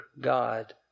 God